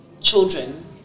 children